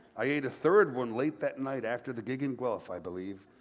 i ate a third one late that night after the gig in guelph, i believe.